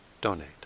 donate